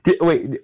wait